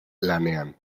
lanean